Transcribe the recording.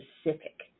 specific